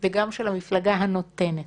כשר או כסגן שר הודיע על הפסקת חברותו בכנסת כאמור."